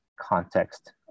context